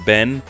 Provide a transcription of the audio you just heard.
Ben